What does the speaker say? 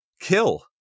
kill